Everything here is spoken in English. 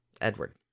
Edward